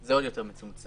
זה עוד יותר מצומצם.